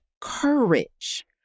courage